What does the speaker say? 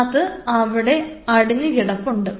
അത് അവിടെ അടിഞ്ഞ് കിടപ്പുണ്ട്